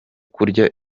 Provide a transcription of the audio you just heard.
kurya